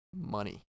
money